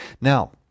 Now